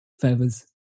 feathers